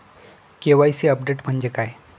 KYC update म्हणजे काय?